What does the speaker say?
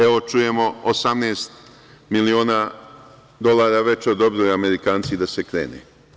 Evo, čujemo 18 miliona dolara već odobrili Amerikanci da se krene.